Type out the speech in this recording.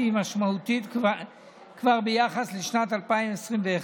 והיא משמעותית כבר ביחס לשנת 2021,